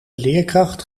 leerkracht